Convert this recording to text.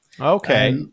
Okay